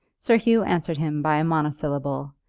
sir hugh answered him by a monosyllable,